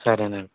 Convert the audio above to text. సరే నండి